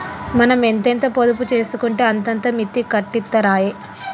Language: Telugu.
మనం ఎంతెంత పొదుపు జేసుకుంటే అంతంత మిత్తి కట్టిత్తరాయె